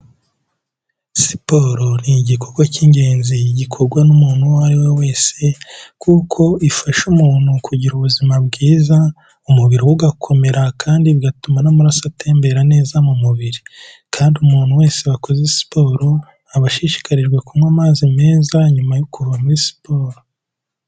Siporo ni igikorwa cy'ingenzi gikorwa n'umuntu uwo ari we wese kuko ifasha umuntu kugira ubuzima bwiza, umubiri we ugakomera kandi bigatuma n'amaraso atembera neza mu mubiri kandi umuntu wese wakoze siporo aba ashishikarijwe kunywa amazi meza nyuma yo kuva muri siporo.